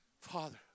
Father